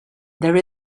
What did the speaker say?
there